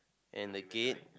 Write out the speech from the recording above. and the gate